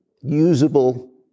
usable